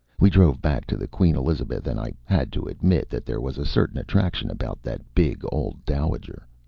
we drove back to the queen elizabeth and i had to admit that there was a certain attraction about that big old dowager.